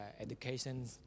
education